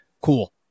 cool